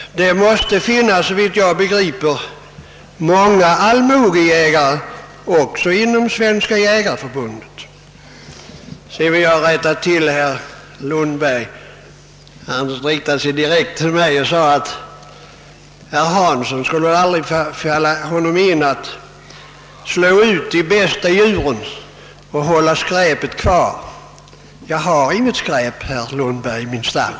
Det måste såvitt jag begriper finnas många »allmogejägare» också inom Svenska jägareförbundet. Sedan vill jag rätta till en sak som herr Lundberg sade. Han riktade sig direkt till mig och sade att det aldrig skulle falla mig in att slå ut de bästa djuren och ha skräpet kvar. Jag har inget skräp i mitt stall, herr Lundberg!